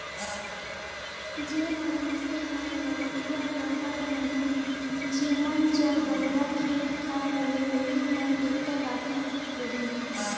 जेन मइनसे मन गवटिया रहत रहिन जेमन जग बगरा खेत खाएर रहें ओही मन टेक्टर राखत रहिन